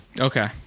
Okay